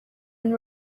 and